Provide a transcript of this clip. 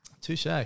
touche